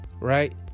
right